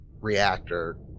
reactor